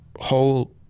whole